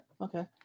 Okay